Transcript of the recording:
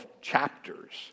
chapters